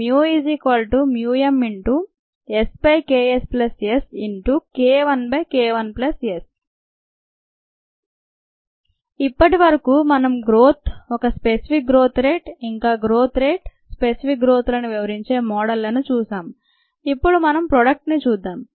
μmSKsS KIKIS ఇప్పటి వరకు మనం గ్రోత్ ఒక స్పెసిఫిక్ గ్రోత్ రేట్ ఇంకా గ్రోత్ రేట్ స్పెసిఫిక్ గ్రోత్ లను వివరించే మోడళ్లను చూశాం ఇప్పుడు మనం ప్రోడక్ట్ ను చూద్దాం